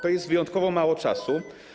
To jest wyjątkowo mało czasu.